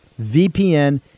VPN